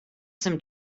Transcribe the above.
some